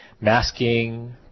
masking